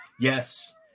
Yes